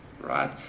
right